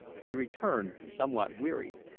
we returned, somewhat wearied,